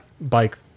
bike